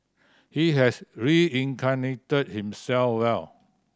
he has reincarnated himself well